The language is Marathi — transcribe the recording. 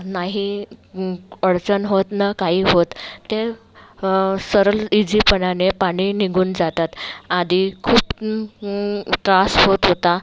नाही अडचण होत न काही होत ते सरळ इजीपणाने पाणी निघून जातात आधी खूप त्रास होत होता